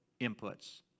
inputs